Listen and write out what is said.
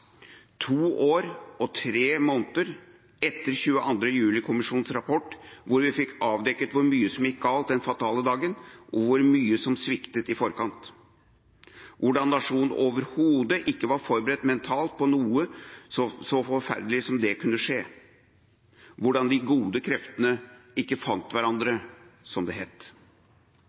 to år og tre måneder etter 22. juli-kommisjonens rapport, hvor vi fikk avdekket hvor mye som gikk galt den fatale dagen og hvor mye som sviktet i forkant. Hvordan nasjonen overhodet ikke var forberedt mentalt på at noe så forferdelig kunne skje. Hvordan de gode kreftene ikke fant hverandre,